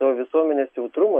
to visuomenės jautrumo